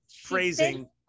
Phrasing